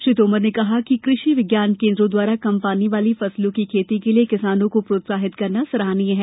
श्री तोमर ने कहा कि कृषि विज्ञान केन्द्रो द्वारा कम पानी वाली फसलों की खेती के लिये किसानों को प्रोत्साहित करना सराहनीय है